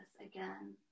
again